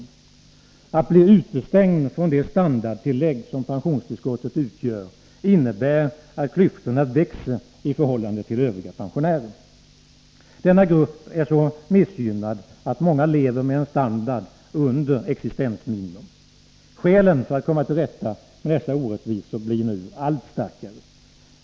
Att de blir utestängda från det standardtillägg som pensionstillskottet utgör innebär att klyftorna växer i förhållande till övriga pensionärer. Denna grupp är så missgynnad att många lever med en standard under existensminimum. Skälen för att komma till rätta med dessa orättvisor blir nu allt starkare.